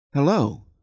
Hello